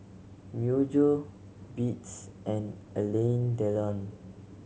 Myojo Beats and Alain Delon